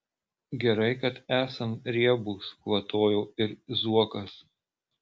gerai kad esam riebūs kvatojo ir zuokas